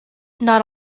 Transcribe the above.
not